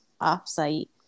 off-site